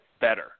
better